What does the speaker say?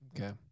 Okay